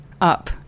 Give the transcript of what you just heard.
up